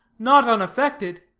not unaffected,